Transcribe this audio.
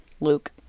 Luke